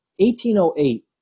1808